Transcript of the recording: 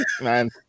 man